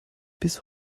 bis